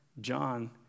John